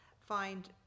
find